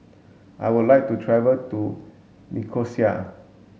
I would like to travel to Nicosia